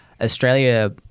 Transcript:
Australia